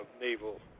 naval